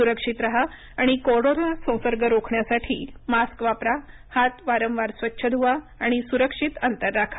सुरक्षित राहा आणि कोरोना संसर्ग रोखण्यासाठी मास्क वापरा हात वारंवार स्वच्छ धुवा सुरक्षित अंतर ठेवा